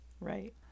right